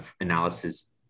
analysis